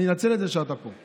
אני מנצל את זה שאתה פה.